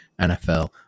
NFL